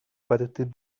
partir